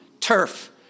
turf